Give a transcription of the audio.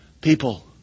people